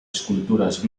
esculturas